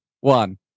one